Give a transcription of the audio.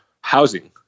housing